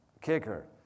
kicker